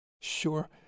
Sure